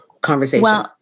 conversation